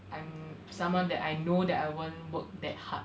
I'm someone that I know that I won't work that hard